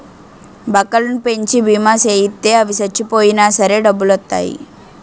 బక్కలను పెంచి బీమా సేయిత్తే అవి సచ్చిపోయినా సరే డబ్బులొత్తాయి